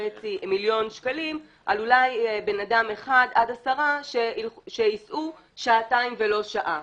מיליון שקלים על אולי בן אדם עד עשרה שיסעו שעתיים ולא שעה.